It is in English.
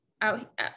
out